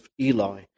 Eli